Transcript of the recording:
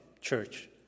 church